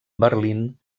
berlín